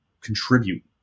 contribute